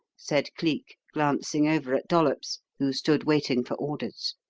said cleek, glancing over at dollops, who stood waiting for orders.